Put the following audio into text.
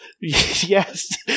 yes